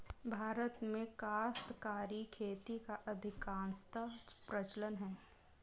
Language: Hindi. भारत में काश्तकारी खेती का अधिकांशतः प्रचलन है